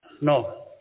no